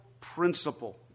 principle